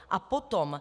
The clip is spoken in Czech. A potom.